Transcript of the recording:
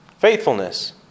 faithfulness